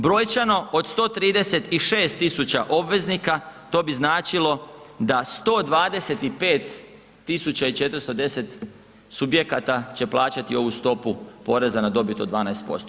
Brojčano od 136 000 obveznika, to bi značilo da 125 410 subjekata će plaćati ovu stopu poreza na dobit od 12%